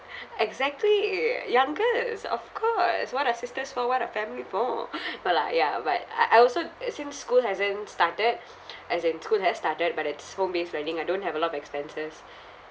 exactly youngest of course what are sisters for what are family for no lah ya but I also uh since school hasn't started as in school has started but it's home based learning I don't have a lot of expenses